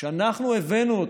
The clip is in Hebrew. שאנחנו הבאנו אותו,